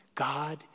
God